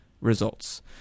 results